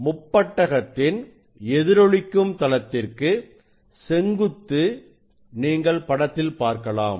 முப்பட்டகத்தின் எதிரொளிக்கும் தளத்திற்கு செங்குத்து நீங்கள் படத்தில் பார்க்கலாம்